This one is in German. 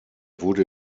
wurde